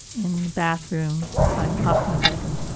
in the bathroom by, off my bedroom.